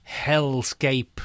hellscape